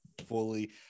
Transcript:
fully